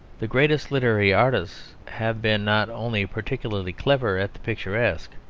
the greatest literary artists have been not only particularly clever at the picturesque,